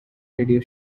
radio